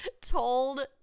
told